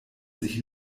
sich